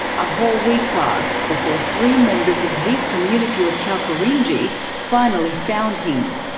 a whole week passed before three members of his community of kalkarindji finally found him.